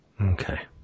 Okay